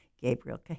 Gabriel